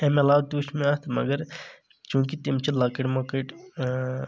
امہِ علاوٕ تہِ وٕچھ مےٚ اتھ مگر چوٗنکہِ تِم چھِ لۄکٕٹۍ مۄکٕٹۍ